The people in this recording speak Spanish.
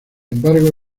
embargo